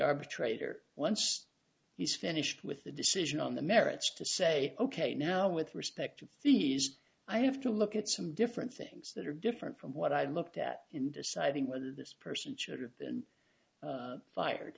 arbitrator once he's finished with the decision on the merits to say ok now with respect to fees i have to look at some different things that are different from what i looked at in deciding whether this person should have been fired